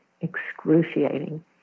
excruciating